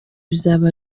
bizaba